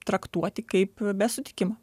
traktuoti kaip be sutikimo